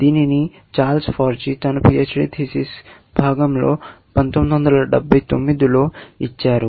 దీనిని Charles Forgy తన PhD పనిలో భాగంగా 1979 లో ఇచ్చారు